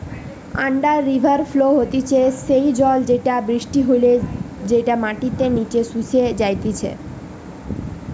under river flow হতিছে সেই জল যেটা বৃষ্টি হলে যেটা মাটির নিচে শুষে যাইতিছে